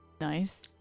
Nice